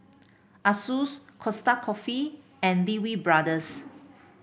Asus Costa Coffee and Lee Wee Brothers